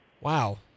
Wow